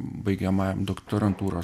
baigiamajam doktorantūros